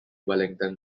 wellington